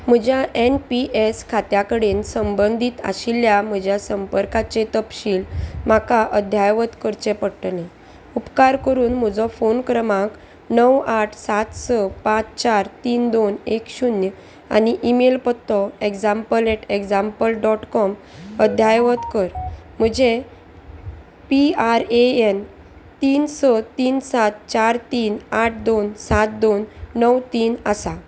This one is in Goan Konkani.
म्हज्या एन पी एस खात्या कडेन संबंदीत आशिल्ल्या म्हज्या संपर्काचे तपशील म्हाका अध्यावत करचें पडटलें उपकार करून म्हजो फोन क्रमांक णव आठ सात स पांच चार तीन दोन एक शुन्य आनी ईमेल पत्तो example at example dot com अध्यायत कर म्हजें पी आर ए एन तीन स तीन सात चार तीन आठ दोन सात दोन णव तीन आसा